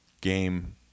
game